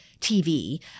TV